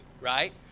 right